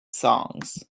songs